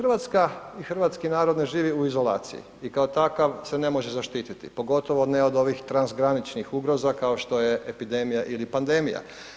RH i hrvatski narod ne živi u izolaciji i kao takav se ne može zaštiti, pogotovo ne od ovih transgraničnih ugroza kao što je epidemija ili pandemija.